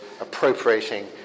appropriating